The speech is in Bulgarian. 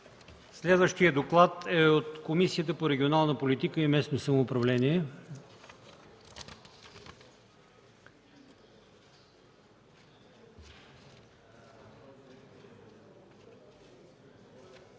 Следващият доклад е на Комисията по регионална политика и местно самоуправление.